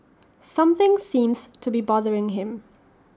something seems to be bothering him